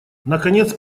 наконец